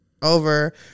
Over